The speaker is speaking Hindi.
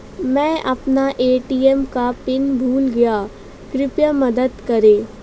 मै अपना ए.टी.एम का पिन भूल गया कृपया मदद करें